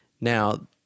Now